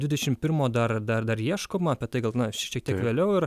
dvidešim pirmo dar dar dar ieškoma apie tai gal na šiek tiek vėliau ir